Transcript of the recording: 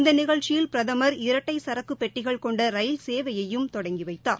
இந்த நிகழ்ச்சியில் பிரதமர் இரட்டை சரக்கு பெட்டிகள் கொண்ட ரயில் சேவையையும் தொடங்கி வைத்தார்